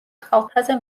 კალთაზე